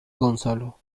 gonzalo